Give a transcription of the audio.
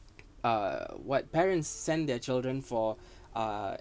uh what parents send their children for a